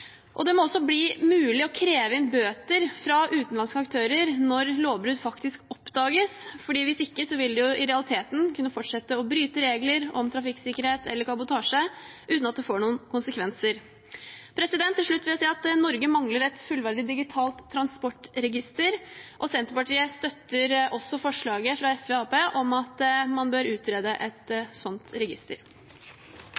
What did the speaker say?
og kontroll med næringen. Det må også bli mulig å kreve inn bøter fra utenlandske aktører når lovbrudd faktisk oppdages, for hvis ikke vil de i realiteten kunne fortsette å bryte regler om trafikksikkerhet eller kabotasje uten at det får noen konsekvenser. Til slutt vil jeg si at Norge mangler et fullverdig digitalt transportregister. Senterpartiet støtter forslaget fra SV og Arbeiderpartiet om at man bør utrede et